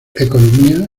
economía